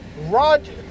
Roger